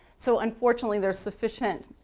so unfortunately there's sufficient